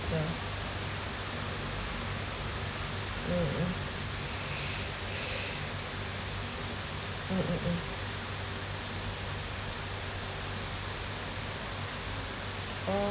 yeah mm mm mm mm mm